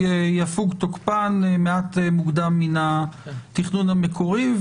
יפוג מעט מוקדם מן התכנון המקורי.